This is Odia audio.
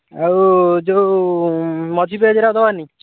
ଆଉ ଯେଉଁ ମଝି ପେଜ୍ରେ ଆଉ ଦବାନି